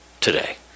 today